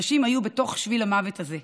אנשים היו בתוך שביל המוות הזה,